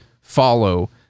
follow